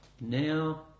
now